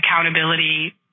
Accountability